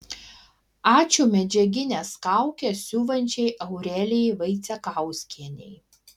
ačiū medžiagines kaukes siuvančiai aurelijai vaicekauskienei